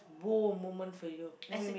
!wow! moment for you let me me